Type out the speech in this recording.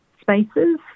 spaces